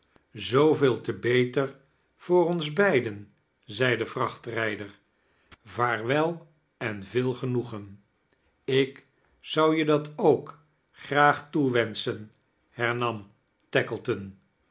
zooveel te beter voor ons beiden zei de vrachtrijder vaarwel en veel genoegen ik zou je dat ook graag toewenschen hermani